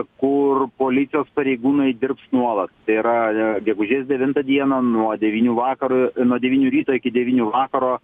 kur policijos pareigūnai dirbs nuolat tai yra gegužės devintą dieną nuo devynių vakaro nuo devynių ryto iki devynių vakaro